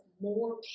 more